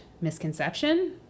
misconception